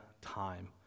time